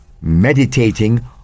meditating